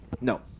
No